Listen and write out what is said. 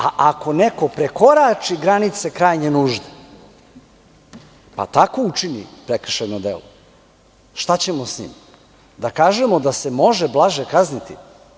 A ako neko prekorači granice krajnje nužde, pa tako učini prekršajno delo, šta ćemo sa njim, da kažemo da se može blaže kazniti?